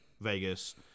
Vegas